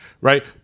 Right